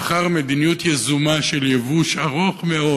לאחר מדיניות יזומה של ייבוש ארוך מאוד,